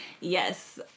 Yes